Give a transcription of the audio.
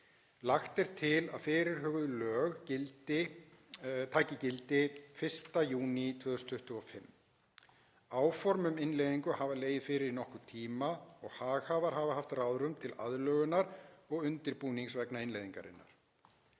Lagt er til að fyrirhuguð lög taki gildi 1. júní 2025. Áform um innleiðingu hafa legið fyrir í nokkrum tíma og haghafar hafa því haft ráðrúm til aðlögunar og undirbúnings vegna innleiðingarinnar.